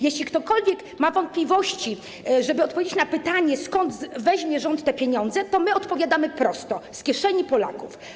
Jeśli ktokolwiek ma wątpliwości, żeby odpowiedzieć na pytanie, skąd rząd weźmie te pieniądze, to my odpowiadamy prosto: z kieszeni Polaków.